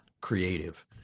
creative